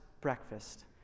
breakfast